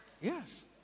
Yes